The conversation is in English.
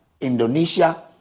Indonesia